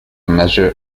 measure